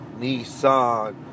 Nissan